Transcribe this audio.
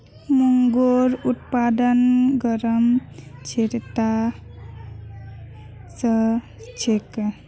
मूंगेर उत्पादन गरम क्षेत्रत ह छेक